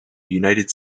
united